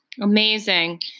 Amazing